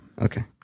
Okay